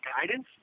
guidance